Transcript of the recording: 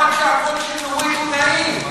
במיוחד שהקול של נורית הוא נעים.